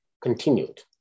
continued